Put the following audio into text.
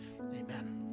amen